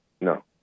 No